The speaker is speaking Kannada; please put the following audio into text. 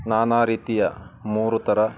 ನಾನಾ ರೀತಿಯ ಮೂರು ಥರ